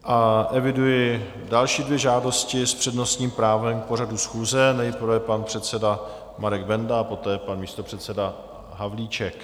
A eviduji další dvě žádosti s přednostním právem k pořadu schůze, nejprve pan předseda Marek Benda a poté pan místopředseda Havlíček.